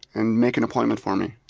and make an appointment for me.